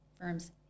firm's